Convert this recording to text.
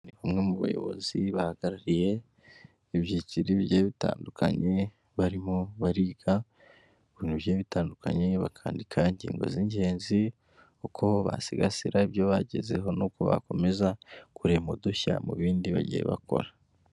Bamwe mu bayobozi bahagarariye ibyiciro bitandukanye barimo bariga ku mi byinshi bitandukanye bakandika ingingo z'ingenzi uko basigasira ibyo bagezeho n'uko bakomeza kurema udushya mu bindi bagiye bakora.